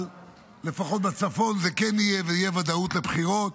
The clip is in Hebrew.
אבל לפחות בצפון זה כן יהיה, ותהיה ודאות לבחירות.